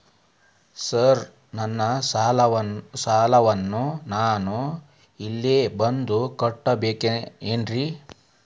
Sir ನನ್ನ ಸಾಲವನ್ನು ನಾನು ಇಲ್ಲೇ ಬಂದು ಕಟ್ಟಬೇಕೇನ್ರಿ?